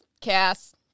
cast